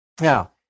Now